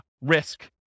risk